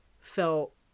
felt